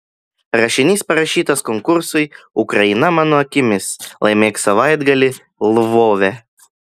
rašinys parašytas konkursui ukraina mano akimis laimėk savaitgalį lvove